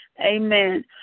Amen